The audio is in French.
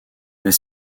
mais